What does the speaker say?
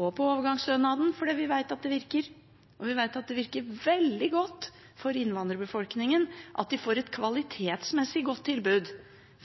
og på overgangsstønaden, for vi vet at det virker. Og vi vet at det virker veldig godt for innvandrerbefolkningen at de får et kvalitetsmessig godt tilbud,